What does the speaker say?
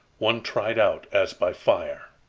one tried out as by fire.